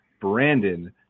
Brandon